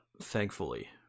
thankfully